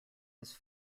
his